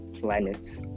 planets